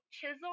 chisel